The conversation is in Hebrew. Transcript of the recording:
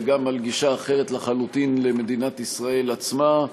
וגם על גישה אחרת לחלוטין למדינת ישראל עצמה,